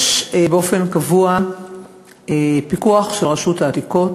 יש באופן קבוע פיקוח של רשות העתיקות.